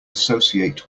associate